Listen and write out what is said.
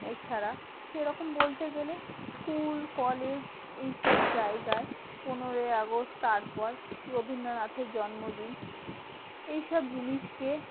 এছাড়া সেরকম বলতে গেলে স্কুল কলেজ এইসব জায়গায় পনেরোই আগস্ট তারপর রবীন্দ্রনাথের জন্মদিন এইসব জিনিসকে